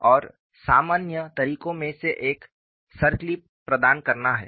और सामान्य तरीकों में से एक सरक्लिप प्रदान करना है